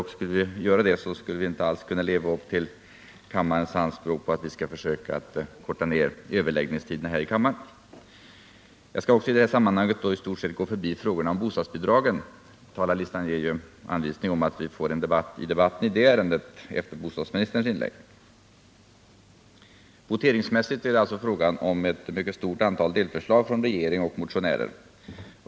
Om vi f. ö. tog uppallt, skulle vi inte kunna leva upp till kammarens anspråk på att vi skall försöka korta ned överläggningstiderna här i kammaren. Jag skall i det här sammanhanget i stort sett också gå förbi frågorna om bostadsbidragen — talarlistan ger anvisning om att vi får en debatt i debatten i det ärendet efter bostadsministerns inlägg. Voteringsmässigt är det fråga om ett mycket stort antal delförslag från regering och motionärer.